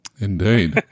indeed